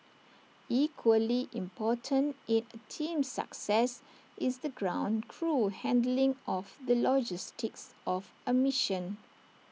equally important in A team's success is the ground crew handling of the logistics of A mission